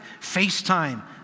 FaceTime